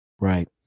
Right